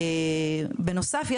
בנוסף,